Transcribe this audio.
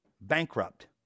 bankrupt